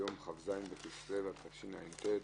היום כ"ז בטבת התשע"ט,